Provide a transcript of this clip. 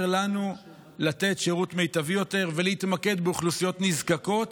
לנו לתת שירות מיטבי יותר ולהתמקד באוכלוסיות נזקקות.